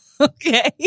Okay